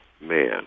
Man